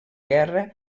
guerra